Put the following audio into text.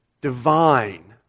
divine